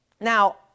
Now